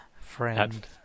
Friend